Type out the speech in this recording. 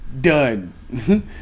Done